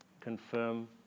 confirm